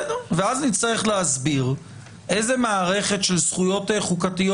אז נצטרך להסביר איזו מערכת של זכויות חוקתיות